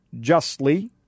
justly